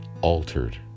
altered